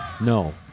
no